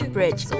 Bridge